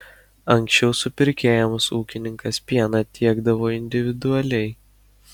anksčiau supirkėjams ūkininkas pieną tiekdavo individualiai